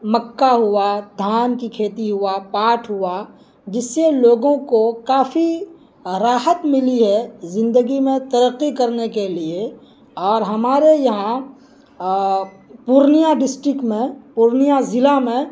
مکا ہوا دھان کی کھیتی ہوا پاٹ ہوا جس سے لوگوں کو کافی راحت ملی ہے زندگی میں ترقی کرنے کے لیے اور ہمارے یہاں پورنیہ ڈسٹک میں پورنیہ ضلع میں